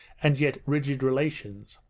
and yet rigid relations.